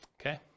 okay